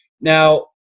now